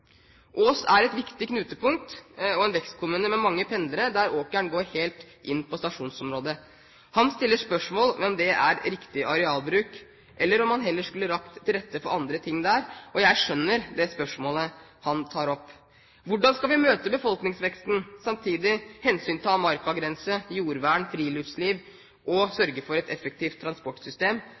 en vekstkommune med mange pendlere, der åkeren går helt inn på stasjonsområdet. Han stiller spørsmål ved om det er riktig arealbruk, eller om man heller skulle lagt til rette for andre ting der. Og jeg skjønner det spørsmålet han tar opp. Hvordan vi skal møte befolkningsveksten og samtidig hensynta markagrense, jordvern og friluftsliv og sørge for et effektivt transportsystem,